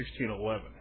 1611